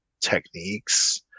techniques